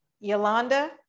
yolanda